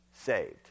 saved